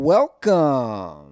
Welcome